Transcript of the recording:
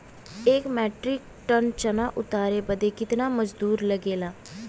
एक metric ton चना उतारे बदे कितना मजदूरी लगे ला?